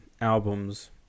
albums